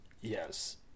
Yes